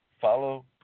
follow